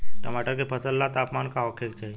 टमाटर के फसल ला तापमान का होखे के चाही?